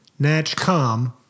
Natchcom